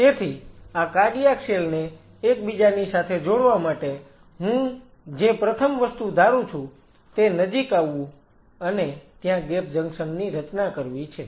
તેથી આ cardiac cell ને એકબીજાની સાથે જોડવા માટે હું જે પ્રથમ વસ્તુ ધારું છું તે નજીક આવવું અને ત્યાં ગેપ જંકશન ની રચના કરવી છે